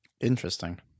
Interesting